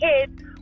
kids